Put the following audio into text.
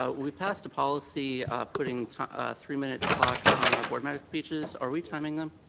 ah we passed a policy putting ah three minute clocks on our board member's speeches. are we timing them?